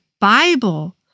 Bible